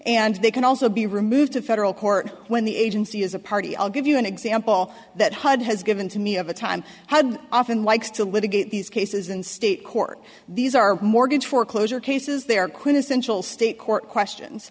and they can also be removed to federal court when the agency is a party i'll give you an example that hud has given to me of a time often likes to litigate these cases in state court these are mortgage foreclosure cases they are quintessential state court questions